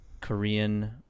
korean